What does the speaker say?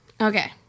Okay